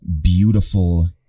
beautiful